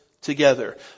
together